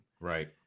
right